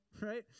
right